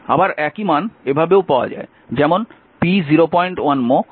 আবার একই মান এভাবেও পাওয়া যায়